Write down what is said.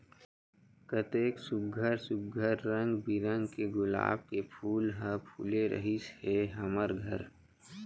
कतेक सुग्घर सुघ्घर रंग बिरंग के गुलाब के फूल ह फूले रिहिस हे हमर घर